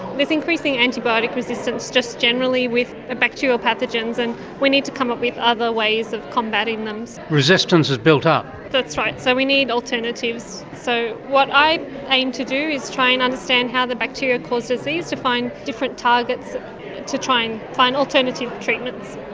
is increasing antibiotic resistance just generally with bacterial pathogens and we need to come up with other ways of combating them. resistance has built up? that's right, so we need alternatives. so what i aim to do is try and understand how the bacteria causes disease to fight different targets to try and find alternative treatments.